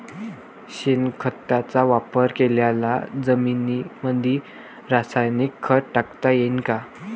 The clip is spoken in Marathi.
शेणखताचा वापर केलेल्या जमीनीमंदी रासायनिक खत टाकता येईन का?